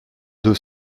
deux